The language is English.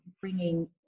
bringing